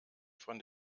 von